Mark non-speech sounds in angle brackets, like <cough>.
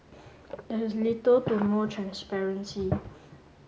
<noise> there is little to no transparency